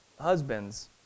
husbands